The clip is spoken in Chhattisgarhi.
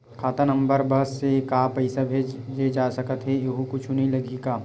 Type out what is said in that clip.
खाता नंबर बस से का पईसा भेजे जा सकथे एयू कुछ नई लगही का?